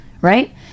right